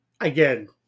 Again